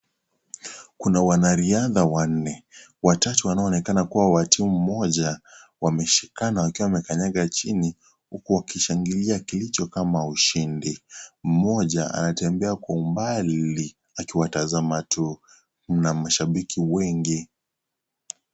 Kuna wanariadha wanne watatu wanoonekana kuwa wa timu moja wameshikana wakiwa wamekanyanga chini huku wakishangilia kilicho kama ushindi , mmoja anatembea kwa umbali akiwatazama tu ,mna mashabiki wengi.